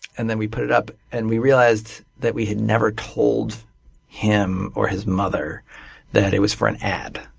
and then we put it up and we realized that we had never told him or his mother that it was for an ad.